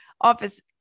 office